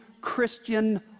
Christian